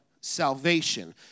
salvation